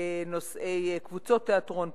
בנושאי קבוצות תיאטרון,